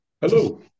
Hello